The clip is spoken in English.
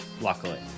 Luckily